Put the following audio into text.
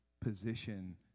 position